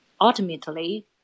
ultimately